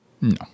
No